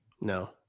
No